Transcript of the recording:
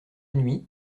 nuit